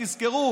תזכרו,